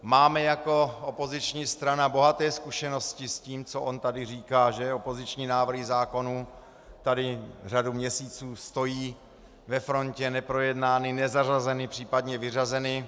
Máme jako opoziční strana bohaté zkušenosti s tím, co on tady říká, že opoziční návrhy zákonů tady řadu měsíců stojí ve frontě neprojednány, nezařazeny, případně vyřazeny.